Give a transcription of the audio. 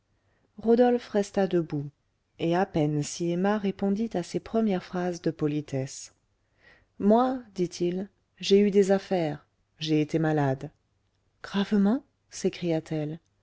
rodolphe resta debout et à peine si emma répondit à ses premières phrases de politesse moi dit-il j'ai eu des affaires j'ai été malade gravement s'écria-t-elle